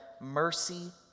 mercy